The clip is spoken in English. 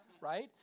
right